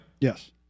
Yes